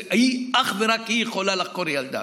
אך ורק היא יכולה לחקור ילדה.